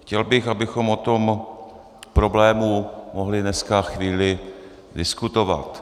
Chtěl bych, abychom o tom problému mohli dneska chvíli diskutovat.